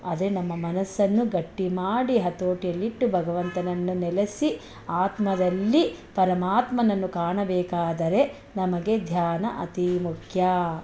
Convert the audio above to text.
ಅದೇ ನಮ್ಮ ಮನಸ್ಸನ್ನು ಗಟ್ಟಿ ಮಾಡಿ ಹತೋಟಿಯಲ್ಲಿಟ್ಟು ಭಗವಂತನನ್ನು ನೆಲೆಸಿ ಆತ್ಮದಲ್ಲಿ ಪರಮಾತ್ಮನನ್ನು ಕಾಣಬೇಕಾದರೆ ನಮಗೆ ಧ್ಯಾನ ಅತಿ ಮುಖ್ಯ